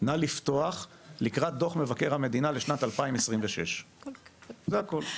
"נא לפתוח לקראת דו"ח מבקר המדינה לשנת 2026". זה הכול.